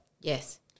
Yes